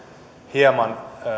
hieman